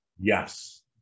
Yes